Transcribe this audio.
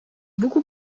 beaucoup